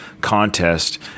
contest